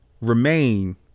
remain